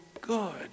good